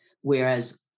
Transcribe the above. Whereas